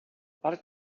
parc